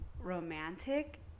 romantic